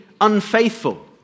unfaithful